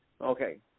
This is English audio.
Okay